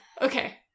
Okay